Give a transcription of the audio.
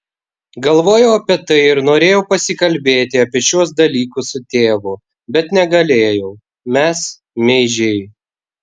galvojau apie tai ir norėjau pasikalbėti apie šiuos dalykus su tėvu bet negalėjau mes meižiai